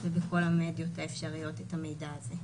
ובכל המדיות האפשריות את המידע הזה.